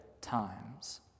times